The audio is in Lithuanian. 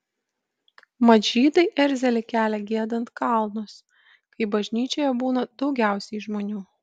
mat žydai erzelį kelia giedant kalnus kai bažnyčioje būna daugiausiai žmonių